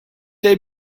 they